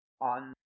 on